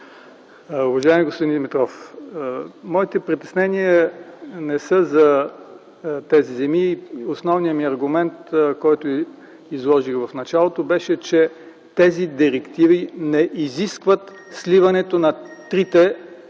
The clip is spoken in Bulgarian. Уважаеми господин Димитров, моите притеснения не са за тези земи. Основният ми аргумент, който изложих в началото, беше, че тези директиви не изискват сливането на трите